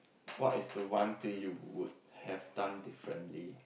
what is the one thing you would have done differently